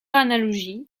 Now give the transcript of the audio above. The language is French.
analogie